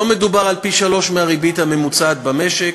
לא מדובר על פי-שלושה מהריבית הממוצעת במשק.